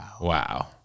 Wow